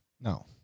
No